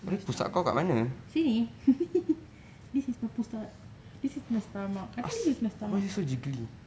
sini this is my pusat this is my stomach I think this is my stomach